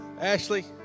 Ashley